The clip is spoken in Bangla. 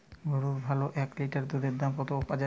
গরুর ভালো এক লিটার দুধের দাম কত বাজারে?